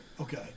Okay